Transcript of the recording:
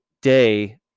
day